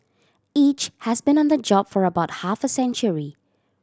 each has been on the job for about half a century